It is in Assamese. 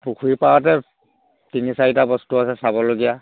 পুখুৰী পাৰতে তিনি চাৰিটা বস্তু আছে চাবলগীয়া